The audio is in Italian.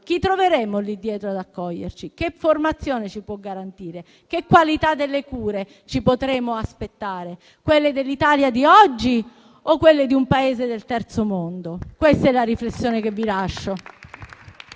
chi troveremo lì dietro ad accoglierci? Che formazione ci potrà garantire, che qualità delle cure ci potremo aspettare? Quelle dell'Italia di oggi o quelle di un Paese del Terzo mondo? Questa è la riflessione che vi lascio.